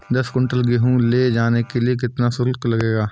दस कुंटल गेहूँ ले जाने के लिए कितना शुल्क लगेगा?